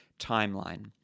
timeline